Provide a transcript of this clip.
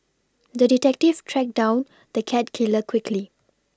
the detective tracked down the cat killer quickly